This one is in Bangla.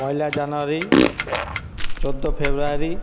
পয়লা জানোয়ারি চোদ্দ ফেব্রুয়ারি